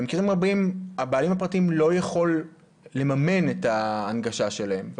במקרים רבים הבעלים הפרטיים לא יכול לממן את ההנגשה שלהם.